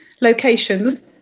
locations